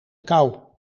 kou